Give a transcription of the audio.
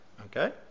okay